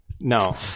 No